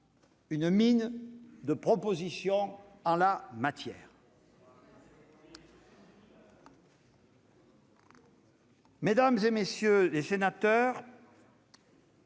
une mine de propositions en la matière. Mesdames, messieurs les sénateurs,